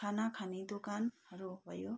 खाना खाने दोकानहरू भयो